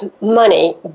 money